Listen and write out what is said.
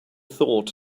thought